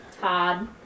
todd